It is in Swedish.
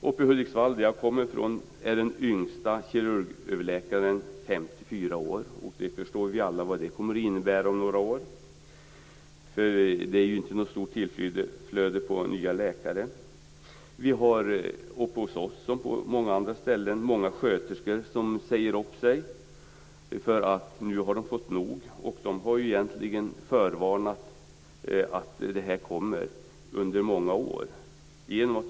I Hudiksvall, där jag kommer ifrån, är den yngsta kirurgöverläkaren 54 år, och vi förstår ju alla vad det kommer att innebära om några år, eftersom det inte är något större tillflöde av nya läkare. I Hudiksvall, som på många andra ställen, är det många sjuksköterskor som säger upp sig. De har fått nog, vilket de förvarnade om redan för många år sedan.